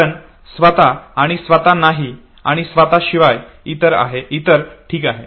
कारण स्वत आणि स्वतः नाही आणि स्वतः शिवाय इतर ठीक आहे